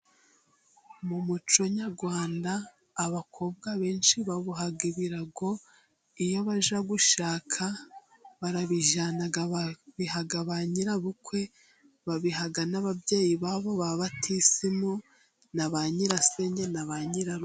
Mu muco nyarwanda, abakobwa benshi baboha ibirago, iyo bajya gushaka， barabijyana， babiha ba nyirabukwe，babiha n'ababyeyi babo ba batisimu，na ba nyirasenge， na ba nyirarume.